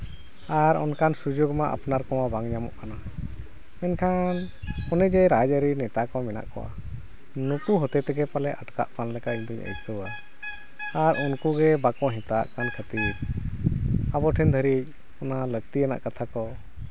ᱟᱨ ᱚᱱᱠᱟᱱ ᱥᱩᱡᱳᱜᱽ ᱢᱟ ᱟᱯᱱᱟᱨ ᱠᱚᱢᱟ ᱵᱟᱝ ᱧᱟᱢᱚᱜ ᱠᱟᱱᱟ ᱢᱮᱱᱠᱷᱟᱱ ᱚᱱᱮ ᱡᱮ ᱨᱟᱡᱽ ᱟᱹᱨᱤ ᱱᱮᱛᱟ ᱠᱚ ᱢᱮᱱᱟᱜ ᱠᱚᱣᱟ ᱱᱩᱠᱩ ᱦᱚᱛᱮ ᱛᱮᱜᱮ ᱯᱟᱞᱮᱫ ᱟᱴᱠᱟᱜ ᱠᱟᱱ ᱞᱮᱠᱟ ᱤᱧᱫᱩᱧ ᱟᱹᱭᱠᱟᱹᱣᱟ ᱟᱨ ᱩᱱᱠᱩ ᱜᱮ ᱵᱟᱠᱚ ᱦᱮᱛᱟᱜ ᱠᱟᱱ ᱠᱷᱟᱹᱛᱤᱨ ᱟᱵᱚ ᱴᱷᱮᱱ ᱟᱹᱰᱤ ᱚᱱᱟ ᱞᱟᱹᱠᱛᱤᱭᱟᱱᱟᱜ ᱠᱟᱛᱷᱟ ᱠᱚ